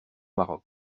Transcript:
maroc